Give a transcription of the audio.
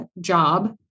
job